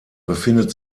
befindet